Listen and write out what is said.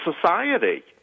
society